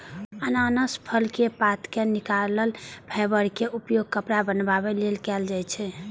अनानास फलक पात सं निकलल फाइबर के उपयोग कपड़ा बनाबै लेल कैल जाइ छै